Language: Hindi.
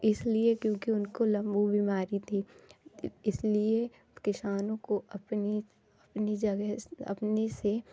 इसलिए क्योंकि उनको लम्पु बीमारी थी इसलिए किसानों को अपनी अपनी जगह अपनी से